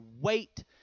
wait